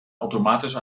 automatisch